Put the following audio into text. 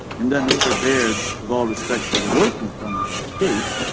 and then mr. baird, with all respect to the work he's done on this case,